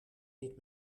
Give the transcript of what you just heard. niet